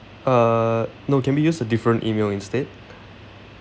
uh no can we use a different E-mail instead